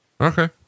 Okay